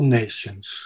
nations